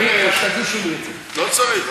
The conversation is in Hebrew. לא צריך.